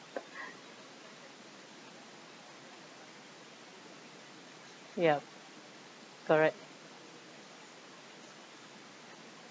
yup correct